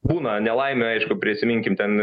būna nelaimių aišku prisiminkime ten